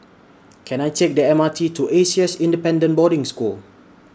Can I Take The M R T to A C S Independent Boarding School